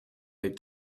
out